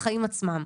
לחיים עצמם.